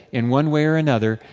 in one way or another,